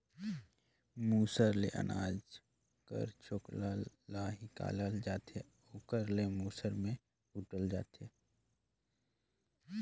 मूसर ले अनाज कर छोकला ल हिंकालल जाथे ओकरे ले मूसर में कूटल जाथे